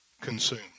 consumed